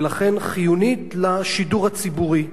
ולכן חיונית לשידור הציבורי.